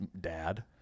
dad